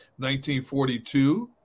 1942